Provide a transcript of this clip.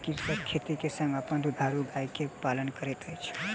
कृषक खेती के संग अपन दुधारू गाय के पालन करैत अछि